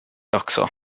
också